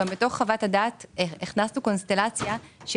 הכנסנו קונסטלציה בחוות הדעת,